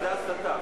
זאת הסתה.